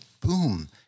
boom